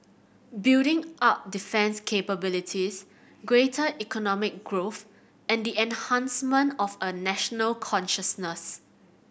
building up defence capabilities greater economic growth and the enhancement of a national consciousness